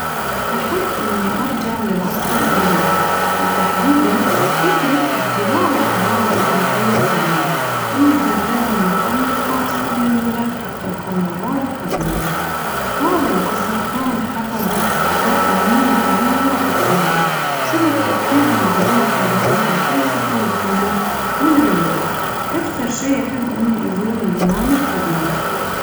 أحب إني أرجع للعصر الإغريقي وتحديداً فترة ازدهار الحضارة الإغريقية القديمة اللي تمتد من القرن الخامس قبل الميلاد حتى القرن الرابع قبل الميلاد، هذا العصر كان حقبة ذات أهمية كبيرة في التاريخ بسبب تأثيرها العظيم في مجالات الفلسفة والفنون والعلوم وأكثر شي أحب إني أزور اليونان القديمة.